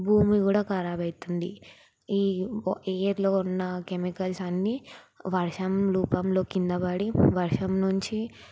భూమి కూడా కరాబ్ అవుతుంది ఈ ఏయిర్లో ఉన్న కెమికల్స్ అన్నీ వర్షం రూపంలో క్రింద పడి వర్షం నుంచి